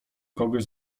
kogoś